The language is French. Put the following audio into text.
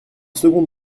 second